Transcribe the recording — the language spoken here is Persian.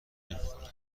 نمیخوره